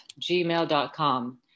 gmail.com